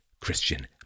Christian